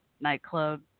nightclub